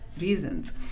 reasons